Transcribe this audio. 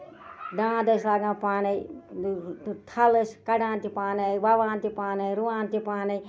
داند ٲسۍ لگان پانٕے تہٕ تھل ٲسۍ کَڈان تہِ پانٕے وَوان تہِ پانٕے رُوان تہِ پانٕے